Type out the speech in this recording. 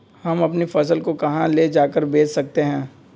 हम अपनी फसल को कहां ले जाकर बेच सकते हैं?